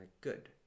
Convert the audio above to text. good